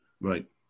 right